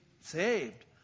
saved